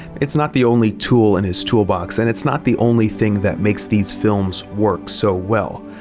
it's not the only tool in his toolbox, and it's not the only thing that makes these films work so well.